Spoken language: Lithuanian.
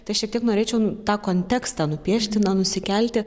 tai šiek tiek norėčiau tą kontekstą nupiešti na nusikelti